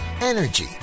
Energy